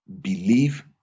believe